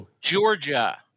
Georgia